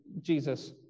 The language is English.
jesus